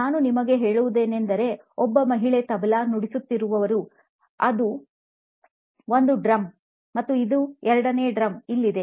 ನಾನು ನಿಮಗೆ ಹೇಳಿವುದೇನೆಂದರೆ ಒಬ್ಬ ಮಹಿಳೆ "ತಬ್ಲಾ""Tabla" ನುಡಿಸುತ್ತಿರುವರು ಅದು ಒಂದು ಡ್ರಮ್ ಮತ್ತು ಎರಡನೇ ಡ್ರಮ್ ಇಲ್ಲಿದೆ